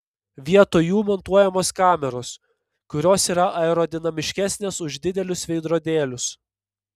vietoj jų montuojamos kameros kurios yra aerodinamiškesnės už didelius veidrodėlius